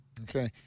Okay